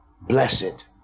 blessed